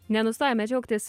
nenustojame džiaugtis